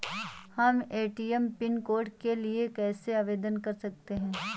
हम ATM PIN code के लिए कैसे आवेदन कर सकते हैं?